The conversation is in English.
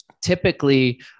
Typically